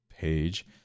page